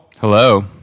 Hello